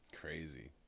Crazy